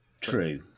True